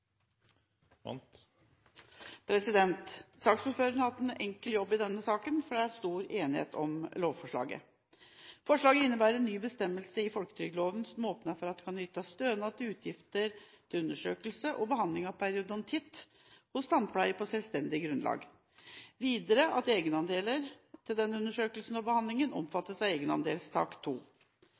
vedtatt. Saksordføreren har hatt en enkel jobb i denne saken, for det er stor enighet om lovforslaget. Forslaget innebærer en ny bestemmelse i folketrygdloven som åpner for at det kan ytes stønad ved utgifter til undersøkelse og behandling av periodontitt hos tannpleier – på selvstendig grunnlag – og videre at egenandeler til denne undersøkelsen og behandlingen omfattes av